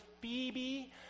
Phoebe